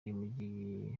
y’umujyi